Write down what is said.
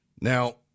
Now